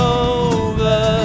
over